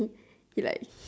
he like h~